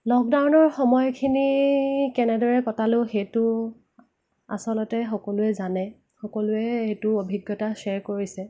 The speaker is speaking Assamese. লকডাউনৰ সময়খিনি কেনেদৰে কটালোঁ সেইটো আচলতে সকলোৱে জানে সকলোৱে সেইটো অভিজ্ঞতা শ্বেয়াৰ কৰিছে